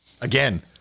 Again